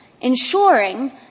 ensuring